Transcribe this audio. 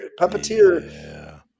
puppeteer